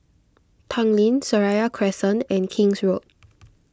Tanglin Seraya Crescent and King's Road